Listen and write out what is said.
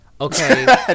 okay